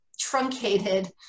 Truncated